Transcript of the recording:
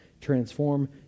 Transform